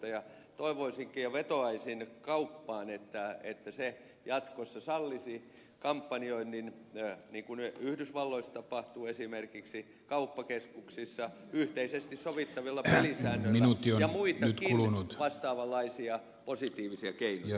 toivoisinkin ja vetoaisin kauppaan että se jatkossa sallisi kampanjoinnin niin kuin yhdysvalloissa tapahtuu esimerkiksi kauppakeskuksissa yhteisesti sovittavilla pelisäännöillä ja muitakin vastaavanlaisia positiivisia keinoja